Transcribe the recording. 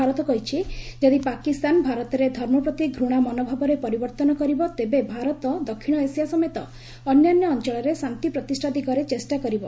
ଭାରତ କହିଛି ଯଦି ପାକିସ୍ତାନ ଭାରତରେ ଧର୍ମ ପ୍ରତି ଘୂଣା ମନୋଭାବରେ ପରିବର୍ତ୍ତନ କରିବ ତେବେ ଭାରତ ଦକ୍ଷିଣ ଏସିଆ ସମେତ ଅନ୍ୟାନ୍ୟ ଅଞ୍ଚଳରେ ଶାନ୍ତି ପ୍ରତିଷ୍ଠା ଦିଗରେ ଚେଷ୍ଟା କରିବ